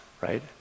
right